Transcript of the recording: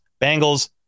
Bengals